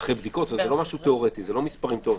זה לא מספרים תיאורטיים.